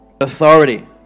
Authority